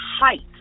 height